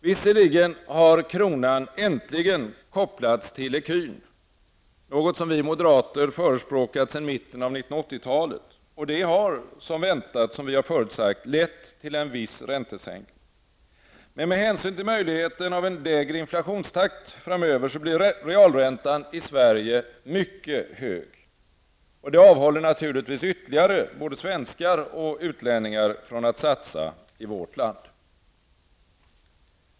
Visserligen har kronan äntligen kopplats till ecun, vilket vi moderater förespråkat sedan mitten av 1980-talet, och det har som väntat lett till en viss räntesänkning. Men med hänsyn till möjligheten av en lägre inflationstakt blir realräntan i Sverige mycket hög. Och det avhåller naturligtvis ytterligare både svenskar och utlänningar från att satsa i vårt land.